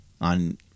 on